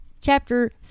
Chapter